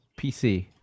pc